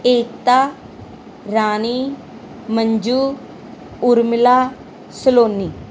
Ekta Rani Manju Urmila Saloni